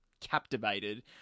captivated